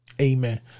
Amen